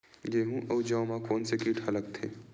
गेहूं अउ जौ मा कोन से कीट हा लगथे?